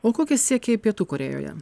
o kokie siekiai pietų korėjoje